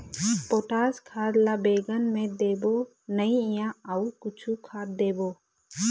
Potash खाद ला बैंगन मे देबो नई या अऊ कुछू खाद देबो?